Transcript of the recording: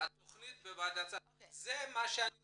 התכנית בוועדת השרים, זה מה שאני רוצה,